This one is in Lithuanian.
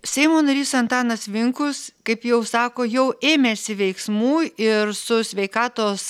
seimo narys antanas vinkus kaip jau sako jau ėmėsi veiksmų ir su sveikatos